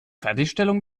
fertigstellung